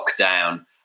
lockdown